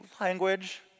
language